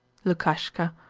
lukashka,